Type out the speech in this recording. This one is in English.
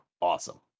Awesome